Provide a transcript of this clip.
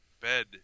bed